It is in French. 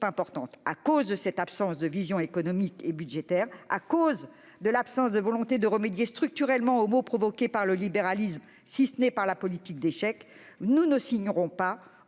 importantes. Du fait de cette absence de vision économique et budgétaire, du fait de l'absence de volonté de remédier structurellement aux maux provoqués par le libéralisme, si ce n'est par la politique des chèques, nous ne signerons pas